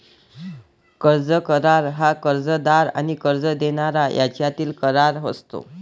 कर्ज करार हा कर्जदार आणि कर्ज देणारा यांच्यातील करार असतो